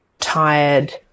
tired